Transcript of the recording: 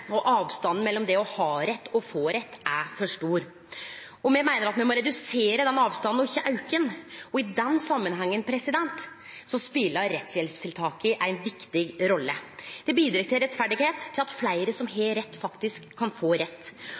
og avstanden mellom det å ha rett og å få rett er for stor. Me meiner at me må redusere den avstanden og ikkje auke han, og i den samanhengen spelar rettshjelpstiltaket ei viktig rolle. Det bidreg til rettferd, til at fleire som har rett, faktisk kan få rett.